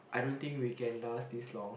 I don't think we can last this long